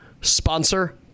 sponsor